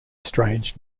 strange